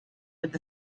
with